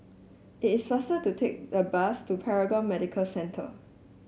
it is faster to take the bus to Paragon Medical Centre